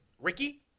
Ricky